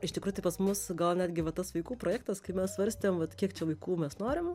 iš tikrųjų tai pas mus gal netgi va tas vaikų projektas kai mes svarstėm vat kiek čia vaikų mes norim